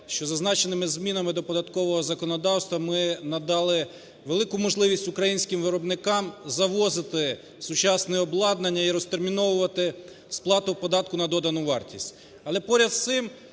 що зазначеними змінами до податкового законодавства, ми надали велику можливість українським виробникам завозити сучасне обладнання і розтерміновувати сплату податку на додану вартість.